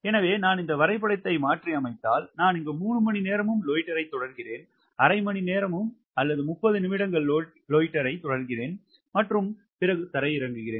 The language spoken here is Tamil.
எனவே நான் இந்த வரைபடத்தை மாற்றியமைத்தால் நான் இங்கு 3 மணிநேரமும் லோய்ட்டர் தொடர்கிறேன் அரை மணி நேரமும் அல்லது 30 நிமிடங்கள் லோய்ட்டர் தொடர்கிறேன் மற்றும் தரை இறங்குகிறேன்